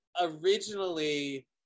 originally